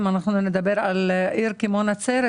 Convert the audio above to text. איפה נמצאת עיר כמו נצרת